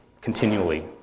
continually